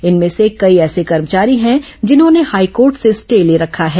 इनमें से कई ऐसे कर्मचारी हैं जिन्होंने हाईकोर्ट से स्टे ले रखा है